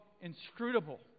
inscrutable